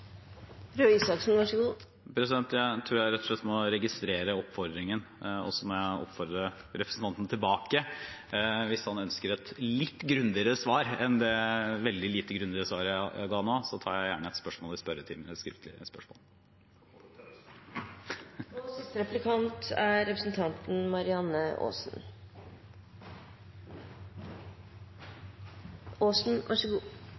Jeg tror jeg rett og slett må registrere oppfordringen, og så må jeg oppfordre representanten tilbake: Hvis han ønsker et litt grundigere svar enn det veldig lite grundige svaret jeg ga nå, så tar jeg gjerne et spørsmål i spørretimen – et skriftlig spørsmål.